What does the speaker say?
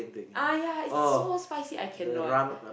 ah yeah it's so spicy I cannot